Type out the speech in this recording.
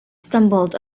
stumbled